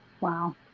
Wow